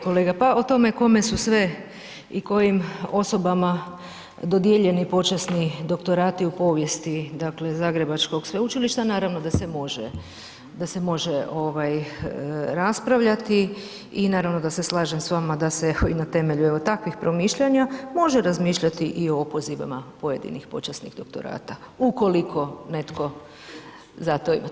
Kolega, pa o tome kome bi sve i kojim osobama dodijeljeni počasni doktorati u povijesti Zagrebačkog sveučilišta, naravno da se može raspravljati i naravno da se slažem s vama da se na temelju takvih promišljanja može razmišljati i o opozivim pojedinih počasnih doktorata ukoliko netko za to ima potrebu.